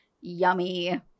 yummy